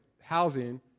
housing